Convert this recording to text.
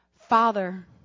Father